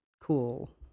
cool